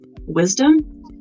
wisdom